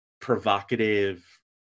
provocative